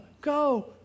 Go